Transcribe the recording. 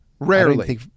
Rarely